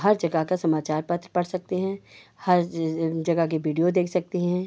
हर जगह का समाचार पत्र पढ़ सकते हैं हर जगह का वीडियो देख सकते हैं